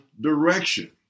direction